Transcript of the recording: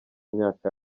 myaka